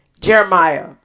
Jeremiah